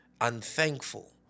unthankful